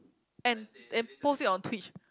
and and post it on twitch